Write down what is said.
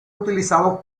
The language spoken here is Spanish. utilizados